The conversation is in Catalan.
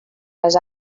les